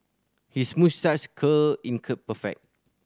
his moustache curl in curl perfect